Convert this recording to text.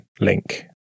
link